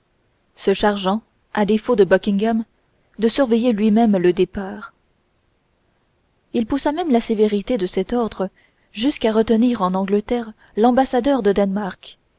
se chargeant à défaut de buckingham de surveiller luimême le départ il poussa même la sévérité de cet ordre jusqu'à retenir en angleterre l'ambassadeur de danemark